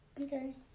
okay